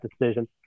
decision